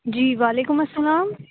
جی وعلیکم السّلام